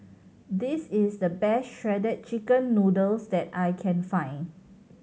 this is the best Shredded Chicken Noodles that I can find